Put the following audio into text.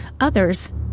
others